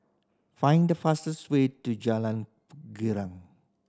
find the fastest way to Jalan Girang